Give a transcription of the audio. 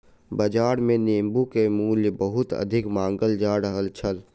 बाजार मे नेबो के मूल्य बहुत अधिक मांगल जा रहल छल